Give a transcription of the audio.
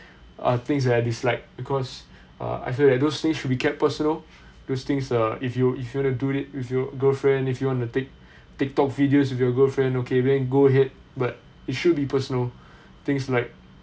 are things that I dislike because uh I feel that those things should be kept personal those things err if you if you want to do it with your girlfriend if you wanna take tik tok videos with your girlfriend okay then you go ahead but it should be personal things like